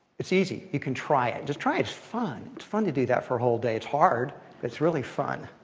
it's easy. you can try it. just try, it's fun. it's fun to do that for a whole day. it's hard but it's really fun.